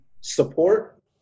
support